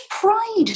pride